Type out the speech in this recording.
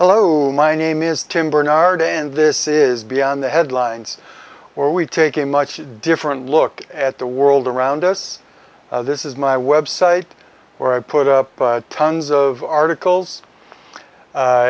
hello my name is tim barnard and this is beyond the headlines or we take a much different look at the world around us this is my website where i put up tons of articles